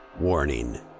Warning